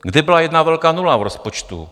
Kde byla jedna velká nula v rozpočtu?